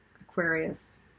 Aquarius